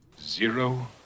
Zero